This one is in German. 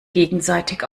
gegenseitig